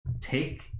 take